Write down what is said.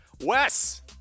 Wes